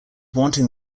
wanting